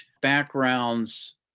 backgrounds